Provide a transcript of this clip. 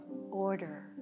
order